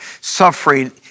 suffering